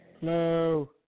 Hello